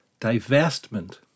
divestment